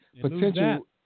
Potential